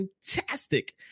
fantastic